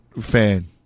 fan